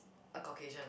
a Caucasian